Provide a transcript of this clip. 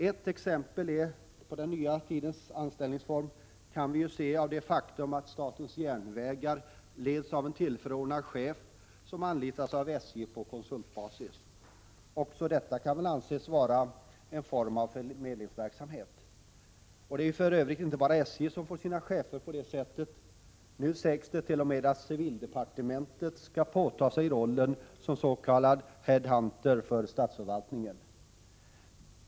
Ett exempel på hur den nya tidens anställningsform kan se ut är ju det faktum att statens järnvägar leds av en tillförordnad chef som anlitas av SJ på konsultbasis. Också detta kan väl anses vara en form av förmedlingsverksamhet. Det är ju för övrigt inte bara SJ som får sina chefer på det sättet. Nu sägs det att t.o.m. civildepartementet skall påtaga sig rollen som s.k. head-hunter för statsförvaltningen.